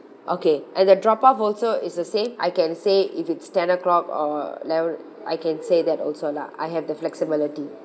okay and the drop off also is the same I can say if it's ten o'clock or ele~ I can say that also lah I have the flexibility